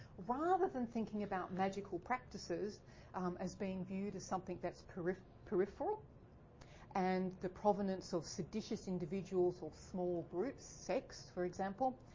rather than thinking about magical practices um as being viewed as something that's peripheral peripheral and the provenance of seditious individuals or small groups. sex for example.